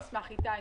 אני גם אשמח, איתי.